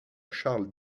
charles